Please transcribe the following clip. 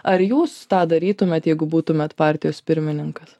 ar jūs tą darytumėt jeigu būtumėt partijos pirmininkas